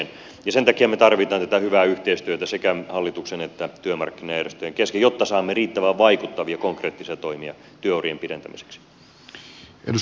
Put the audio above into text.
sen takia me tarvitsemme tätä hyvää yhteistyötä sekä hallituksen että työmarkkinajärjestöjen kesken jotta saamme riittävän vaikuttavia konkreettisia toimia työurien pidentämiseksi